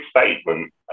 statement